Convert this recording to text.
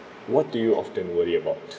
what do you often worry about